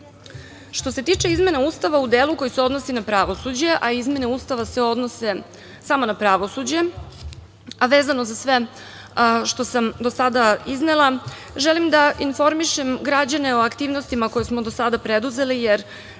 se tiče izmena Ustava u delu koji se odnosi na pravosuđe, a izmene Ustava se odnose samo na pravosuđe, a vezano za sve što sam do sada iznela, želim da informišem građane o aktivnostima koje smo do sada preduzeli, jer